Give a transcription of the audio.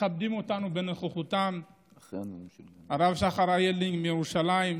מכבדים אותנו בנוכחותם הרב שחר איילין מירושלים,